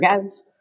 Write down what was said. goes